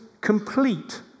complete